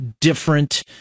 different